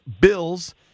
Bills